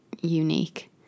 unique